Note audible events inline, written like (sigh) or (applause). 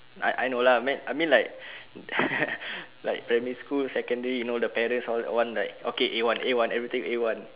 I I know lah mean I mean like (noise) like primary school secondary you know the parents all want like okay A one A one everything A one